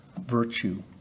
virtue